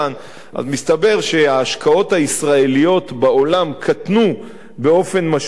אז מסתבר שההשקעות הישראליות בעולם קטנו באופן משמעותי,